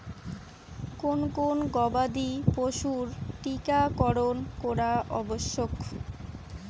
কোন কোন গবাদি পশুর টীকা করন করা আবশ্যক?